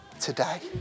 today